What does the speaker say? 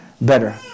better